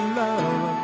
love